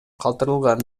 калтырылган